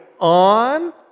on